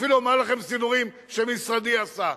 אפילו אומר לכם סידורים שמשרדי עשה.